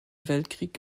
weltkrieg